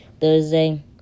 Thursday